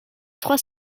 trois